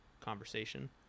conversation